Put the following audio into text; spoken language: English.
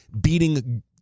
beating